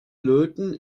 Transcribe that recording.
löten